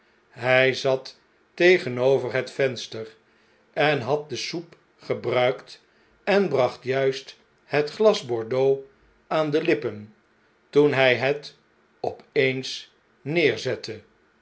hjj zat tegenover het venster en had de soep gebruikt en bracht juist het glas bordeaux aan de lippen toen hia het op eens neerzette